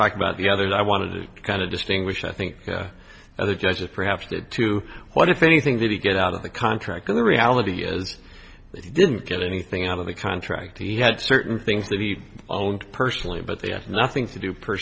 talk about the others i wanted to kind of distinguish i think other judges perhaps did too what if anything did he get out of the contract and the reality is that he didn't get anything out of the contract he had certain things that he owned personally but they had nothing to do per